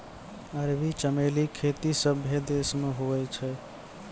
अरबी चमेली खेती सभ्भे देश मे हुवै छै